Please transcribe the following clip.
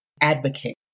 advocate